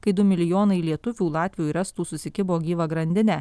kai du milijonai lietuvių latvių ir estų susikibo gyva grandine